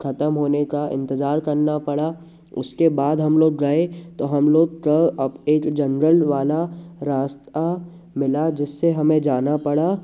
खत्म होने का इंतजार करना पड़ा उसके बाद हम लोग गए तो हम लोग के अब एक जंगल वाला रास्ता मिला जिससे हमें जाना पड़ा